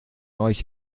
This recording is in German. euch